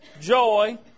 joy